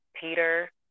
Peter